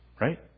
right